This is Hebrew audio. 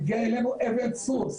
הגיע אלינו אבן צור,